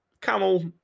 camel